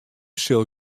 sil